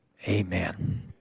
Amen